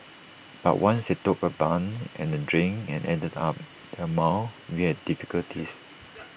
but once they took A bun and A drink and added up the amount we had difficulties